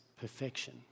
perfection